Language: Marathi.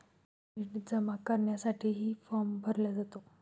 थेट जमा करण्यासाठीही फॉर्म भरला जातो